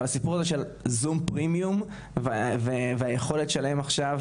אבל הסיפור הזה של זום פרמיום והיכולות שלהם עכשיו